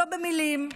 לא במילים,